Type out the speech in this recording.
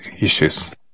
issues